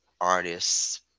artists